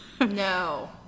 no